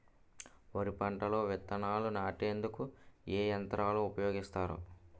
వరి పంటలో విత్తనాలు నాటేందుకు ఏ యంత్రాలు ఉపయోగిస్తారు?